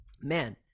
man